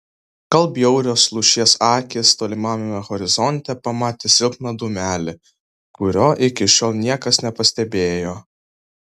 gal bjaurios lūšies akys tolimame horizonte pamatė silpną dūmelį kurio iki šiol niekas nepastebėjo